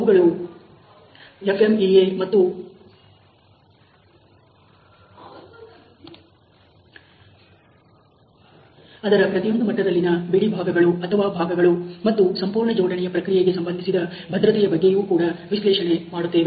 ಅವುಗಳು FMEA ಮತ್ತು ಅದರ ಪ್ರತಿಯೊಂದು ಮಟ್ಟದಲ್ಲಿನ ಬಿಡಿಭಾಗಗಳು ಅಥವಾ ಭಾಗಗಳು ಮತ್ತು ಸಂಪೂರ್ಣ ಜೋಡಣೆಯ ಪ್ರಕ್ರಿಯೆಗೆ ಸಂಬಂಧಿಸಿದ ಭದ್ರತೆಯ ಬಗ್ಗೆಯೂ ಕೂಡ ವಿಶ್ಲೇಷಣೆ ಮಾಡುತ್ತವೆ